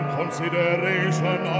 consideration